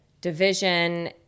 division